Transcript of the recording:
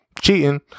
Cheating